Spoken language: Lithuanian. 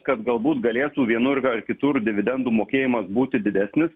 kad galbūt galėtų vienur ar kitur dividendų mokėjimas būti didesnis